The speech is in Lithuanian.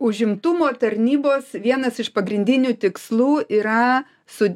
užimtumo tarnybos vienas iš pagrindinių tikslų yra su